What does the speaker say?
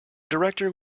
director